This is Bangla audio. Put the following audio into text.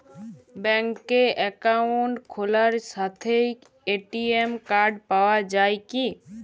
ব্যাঙ্কে অ্যাকাউন্ট খোলার সাথেই এ.টি.এম কার্ড পাওয়া যায় কি?